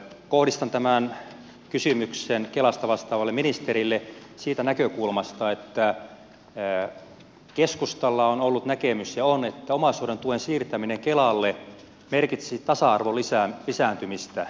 kohdistan tämän kysymyksen kelasta vastaavalle ministerille siitä näkökulmasta että keskustalla on ollut ja on näkemys että omaishoidon tuen siirtäminen kelalle merkitsisi tasa arvon lisääntymistä